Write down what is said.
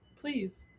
Please